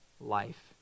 life